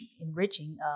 enriching